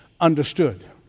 understood